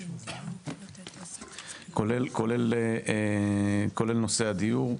כולל נושא הדיור,